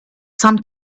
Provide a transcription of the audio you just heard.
some